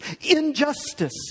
injustice